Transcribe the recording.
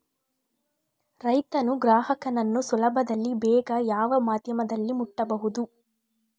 ರೈತನು ಗ್ರಾಹಕನನ್ನು ಸುಲಭದಲ್ಲಿ ಬೇಗ ಯಾವ ಮಾಧ್ಯಮದಲ್ಲಿ ಮುಟ್ಟಬಹುದು?